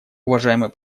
уважаемый